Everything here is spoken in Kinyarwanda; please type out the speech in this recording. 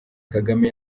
kagame